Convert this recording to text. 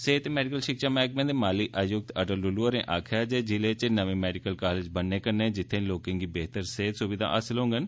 सेहत ते मैडिकल षिक्षा मैहकमें दे माली आयुक्त अटल डुल्लू होरें आक्खेआ जे ज़िले च नमें मैडिकल कॉलेज बनने कन्नै जित्थै लोकें गी बेह्तर सेहत सुविधां हासल होंडन